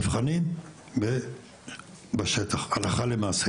נבחנים בשטח הלכה למעשה